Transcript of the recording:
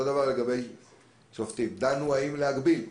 אותו דבר לגבי שופטים: דנו האם להגביל.